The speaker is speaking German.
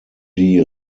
die